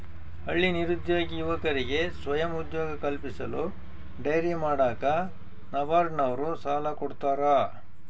ಹಳ್ಳಿ ನಿರುದ್ಯೋಗಿ ಯುವಕರಿಗೆ ಸ್ವಯಂ ಉದ್ಯೋಗ ಕಲ್ಪಿಸಲು ಡೈರಿ ಮಾಡಾಕ ನಬಾರ್ಡ ನವರು ಸಾಲ ಕೊಡ್ತಾರ